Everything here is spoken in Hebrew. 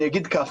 אני אגיד ככה: